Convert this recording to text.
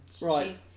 right